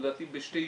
לדעתי בשתי ישיבות.